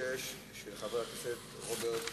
46 של חבר הכנסת רוברט טיבייב.